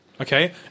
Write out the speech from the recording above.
Okay